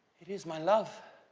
it is my love!